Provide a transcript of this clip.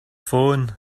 phone